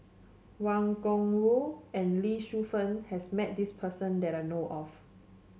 Wang Gungwu and Lee Shu Fen has met this person that I know of